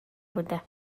بوده